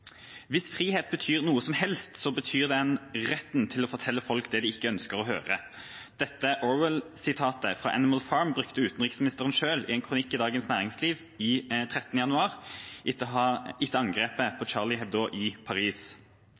frihet betyr noe som helst, betyr det retten til å fortelle folk det de ikke ønsker å høre.» Dette George Orwell-sitatet fra Animal Farm brukte utenriksministeren selv i en kronikk i Dagens Næringsliv 13. januar etter angrepet på Charlie Hebdo i Paris.